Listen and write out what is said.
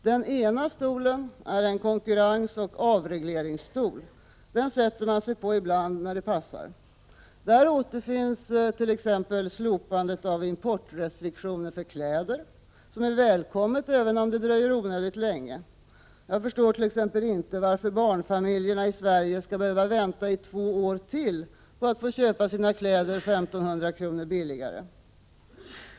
Den ena stolen är en konkurrensoch avregleringsstol — den sätter man sig på ibland när det passar. Där återfinns t.ex. slopandet av importrestriktionerna för kläder, som är välkommet även om det dröjer onödigt länge. Jag förstår t.ex. inte varför barnfamiljerna i Sverige skall behöva vänta två år till på att få köpa sina kläder 1 500 kr. billigare.